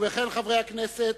ובכן, חברי הכנסת,